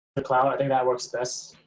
the cloud i think that works best.